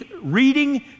reading